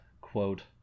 quote